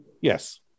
Yes